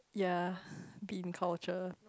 ya bean culture